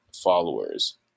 followers